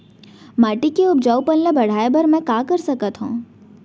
माटी के उपजाऊपन ल बढ़ाय बर मैं का कर सकथव?